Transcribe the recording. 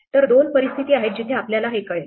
तर दोन परिस्थिती आहेत जिथे आपल्याला हे कळेल